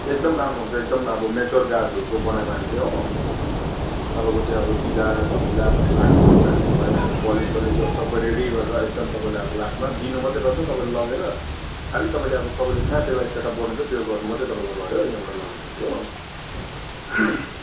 एकदम राम्रो हुन्छ एकदम अब मेच्योर गाछहरूको बनाएको हामीले हो तपाईँको त्यो अब किरा धमिरा भन्ने लाग्ने कुनै चान्सेस छैन हामी पलिस सलिस गरेर सबै रेडी गरेर एकदम तपाईँलाई अब लास्टमा दिनु मात्रै रहन्छ तपाईँले लगेर खाली तपाईँले अब कबले कहाँ त्यसलाई सेटअप गर्नुहुन्छ त्यो गर्नु मात्रै तपाईँको रह्यो यहाँबाट लगेपछि हो